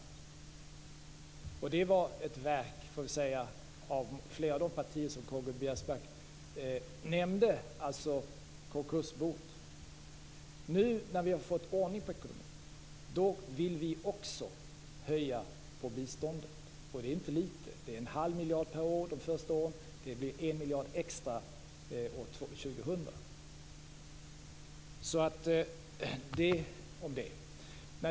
Konkursboet var ett verk av flera av de partier som Karl Nu när vi har fått ordning på ekonomin vill vi också höja biståndet. Och det är inte litet. Det är 1⁄2 miljard per år de första åren. Det blir 1 miljard extra år 2000. Det om det.